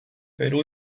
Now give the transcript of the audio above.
perú